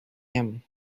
him